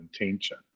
intention